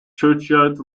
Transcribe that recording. churchyard